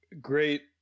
great